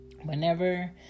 Whenever